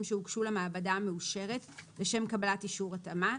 שהוגשו למעבדה המאושרת לשם קבלת אישור התאמה,